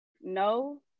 No